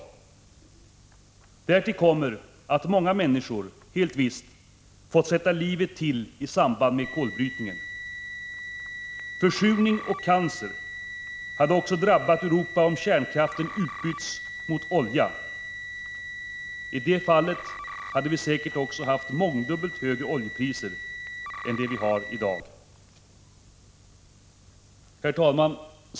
Därtill kommer att många människor helt visst hade fått sätta livet till i samband med kolbrytningen. Försurning och cancer hade också drabbat Europa om kärnkraften utbytts mot olja. I det fallet hade vi säkert också haft mångdubbelt högre oljepriser än vi har i dag.